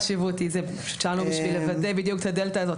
--- פשוט שאלנו בשביל לוודא בדיוק את הדלתא הזאת,